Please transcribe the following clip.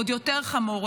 עוד יותר חמור,